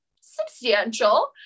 substantial